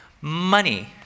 money